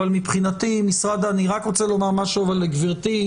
אני רק רוצה לומר משהו לגברתי,